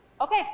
okay